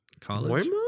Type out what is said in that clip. College